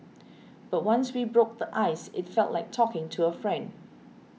but once we broke the ice it felt like talking to a friend